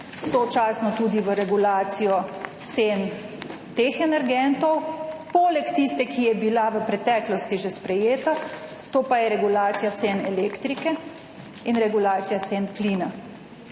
sočasno tudi v regulacijo cen teh energentov, poleg tiste, ki je bila v preteklosti že sprejeta, to pa je regulacija cen elektrike in regulacija cen plina.